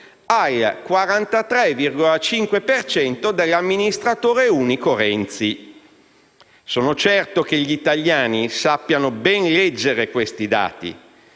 per cento dell'amministratore unico Renzi. Sono certo che gli italiani sappiano ben leggere questi dati.